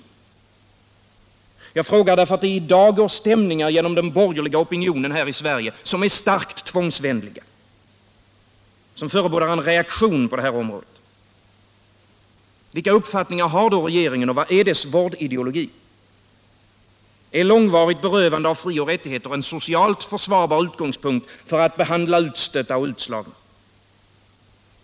Jag ställer frågan därför att det i dag går stämningar genom den borgerliga opinionen i Sverige som är starkt tvångsvänliga och som förebådar en reaktion på detta område. Vilka uppfattningar har då regeringen? Vad är dess vårdideologi? Är långvarigt berövande av frioch rättigheter en socialt försvarbar utgångspunkt för att behandla utstötta och utslagna?